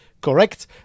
correct